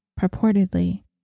purportedly